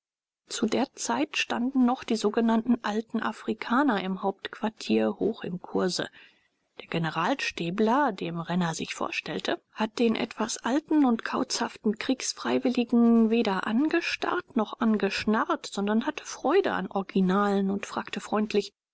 zu der zeit standen noch die sogenannten alten afrikaner im hauptquartier hoch im kurse der generalstäbler dem renner sich vorstellte hat den etwas alten und kauzhaften kriegsfreiwilligen weder angestarrt noch angeschnarrt sondern hatte freude an originalen und fragte freundlich